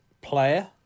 player